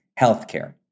healthcare